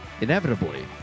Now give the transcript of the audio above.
inevitably